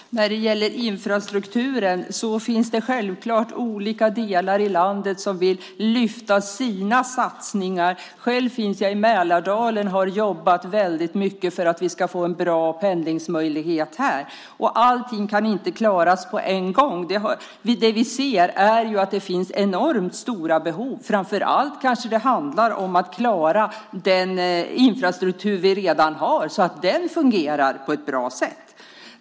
Herr talman! När det gäller infrastrukturen finns det självklart olika delar i landet som vill lyfta fram sina satsningar. Själv finns jag i Mälardalen och har jobbat väldigt mycket för att vi ska få en bra pendlingsmöjlighet här. Och allting kan inte klaras på en gång. Det vi ser är att det finns enormt stora behov. Framför allt kanske det handlar om att klara den infrastruktur vi redan har, så att den fungerar på ett bra sätt.